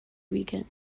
weekend